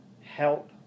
help